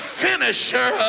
finisher